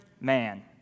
man